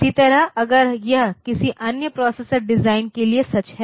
इसी तरह अगर यह किसी अन्य प्रोसेसर डिजाइन के लिए सच है